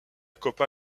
copa